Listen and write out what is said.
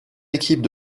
équipes